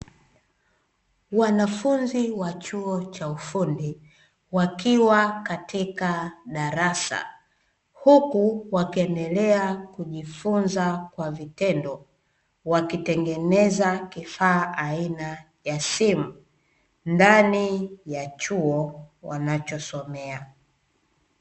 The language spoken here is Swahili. Wanafunzi wa chuo cha ufundi wakiwa katika darasa, huku wakiendelea kujifunza kwa vitendo wakitengeneza kifaa aina ya simu ndani ya chuo wanachosomea.